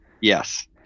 Yes